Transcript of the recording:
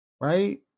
right